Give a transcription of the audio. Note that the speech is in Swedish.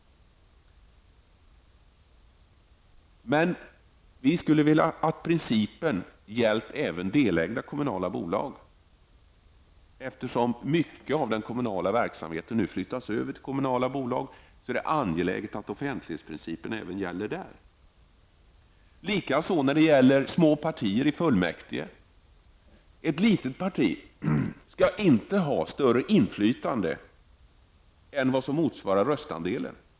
Men vi i miljöpartiet skulle dessutom vilja att denna princip gäller även delägda kommunala bolag. En stor del av den kommunala verksamheten flyttas ju nu över till kommunala bolag. Då är det angeläget att offentlighetsprincipen gäller även här. På samma sätt förhåller det sig med små partier i fullmäktige. Ett litet parti skall inte ha ett inflytande som är större än röstandelen.